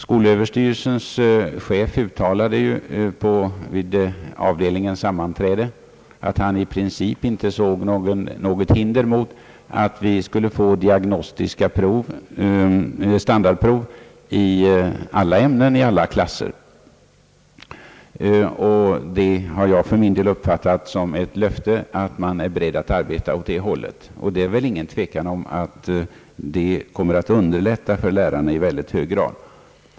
Skolöverstyrelsens chef uttalade ju vid avdelningens sammanträde, att han i princip inte såg något hinder emot att det skulle bli diagnostiska standardprov i alla ämnen i alla klasser, och det har jag för min del uppfattat som ett löfte att man är beredd att arbeta i den riktningen. Det råder väl ingen tvekan om att detta kommer att underlätta betygsättningen för lärarna i hög grad.